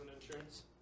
insurance